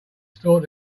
store